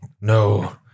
No